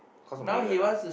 cause of Megan ah